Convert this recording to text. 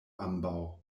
ambaŭ